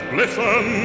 listen